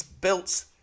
built